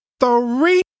three